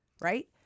right